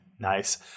nice